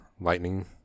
lightning